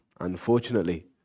unfortunately